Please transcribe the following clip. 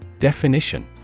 Definition